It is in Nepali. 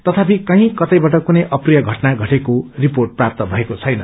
तथापि कही कतैबाट कुनै अप्रिय घटना घटेको रिपोर्ट प्राप्त भएको छैन